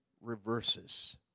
reverses